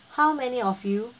how many of you